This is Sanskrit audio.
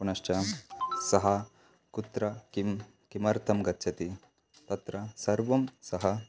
पुनश्च सः कुत्र किं किमर्थं गच्छति तत्र सर्वं सः